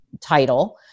title